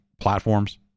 platforms